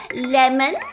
Lemon